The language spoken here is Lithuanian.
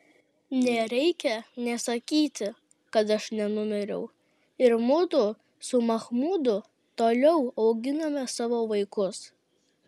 nereikia nė sakyti kad aš nenumiriau ir mudu su machmudu toliau auginome savo vaikus